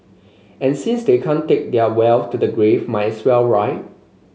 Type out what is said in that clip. and since they can't take their wealth to the grave might as well right